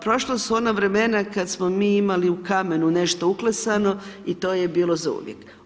Prošla su ona vremena kad smo mi imali u kamenu nešto uklesano i to ej bilo zauvijek.